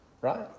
right